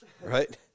right